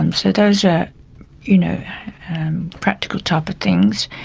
and so those are you know practical type of things.